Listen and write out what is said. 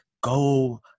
go